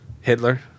Hitler